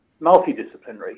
multidisciplinary